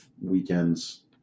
weekends